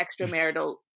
extramarital